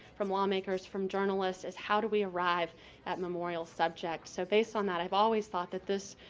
from law makers, from journalists is how do we arrive at memorial subjects. so, based on that i've always thought that this